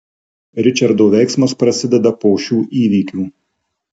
ričardo veiksmas prasideda po šių įvykių